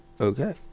Okay